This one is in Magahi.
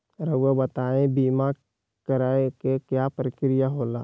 रहुआ बताइं बीमा कराए के क्या प्रक्रिया होला?